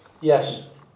Yes